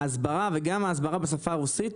ההסברה וגם ההסברה בשפה הרוסית,